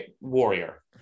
warrior